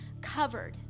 covered